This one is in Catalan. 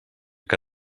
que